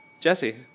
Jesse